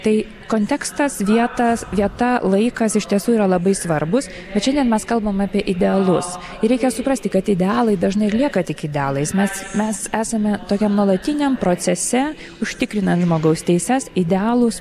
tai kontekstas vietas vieta laikas iš tiesų yra labai svarbūs kad šiandien mes kalbam apie idealus ir reikia suprasti kad idealai dažnai ir lieka tik idealais mes mes esame tokiam nuolatiniam procese užtikrinant žmogaus teises idealus